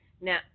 now